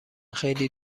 خیلی